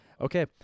Okay